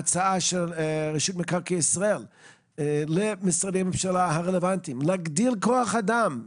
ההצעה של רשות מקרקעי ישראל למשרדי הממשלה הרלוונטיים להגדיל כוח אדם,